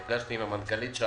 נפגשתי עם המנכ"לית.